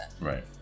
Right